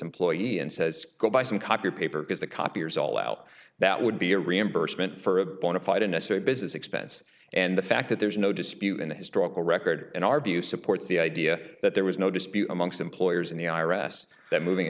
employee and says go buy some copier paper is the copiers all out that would be a reimbursement for a bonafide unnecessary business expense and the fact that there is no dispute in the historical record in our view supports the idea that there was no dispute amongst employers in the i r s that moving